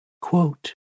Quote